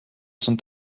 son